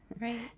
Right